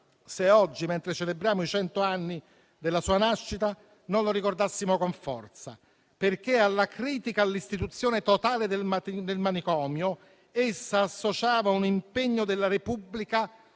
se oggi, mentre celebriamo i cento anni della sua nascita, non lo ricordassimo con forza, perché alla critica all'istituzione totale del manicomio essa associava un impegno della Repubblica